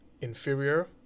inferior